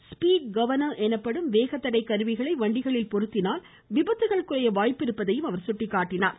speed governor எனப்படும் வேகத்தடை கருவிகளை வண்டிகளில் பொருத்தினால் விபத்துகள் குறைய வாய்ப்பிருப்பதையும் அவர் சுட்டிக்காட்டினார்